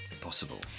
possible